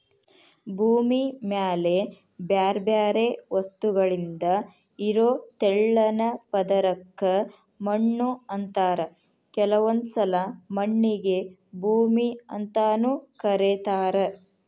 ಭೂಮಿ ಮ್ಯಾಲೆ ಬ್ಯಾರ್ಬ್ಯಾರೇ ವಸ್ತುಗಳಿಂದ ಇರೋ ತೆಳ್ಳನ ಪದರಕ್ಕ ಮಣ್ಣು ಅಂತಾರ ಕೆಲವೊಂದ್ಸಲ ಮಣ್ಣಿಗೆ ಭೂಮಿ ಅಂತಾನೂ ಕರೇತಾರ